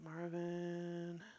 Marvin